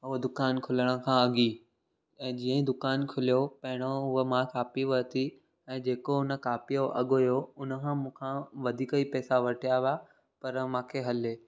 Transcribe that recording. उहो दुकानु खुलण खां अॻु ई ऐं जीअं ई दुकानु खुलियो पहिरों उहा मां कॉपी वरिती ऐं जेको हुन कॉपीअ जो अघु हुयो उनखां मूंखां वधीक ई पैसा वठिया हुआ पए मूंखे हले